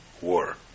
war